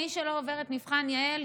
מי שלא עובר מבחן יע"ל,